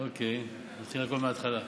אוקיי, נתחיל הכול מההתחלה.